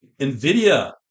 NVIDIA